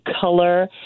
color